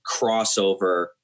crossover